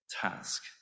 task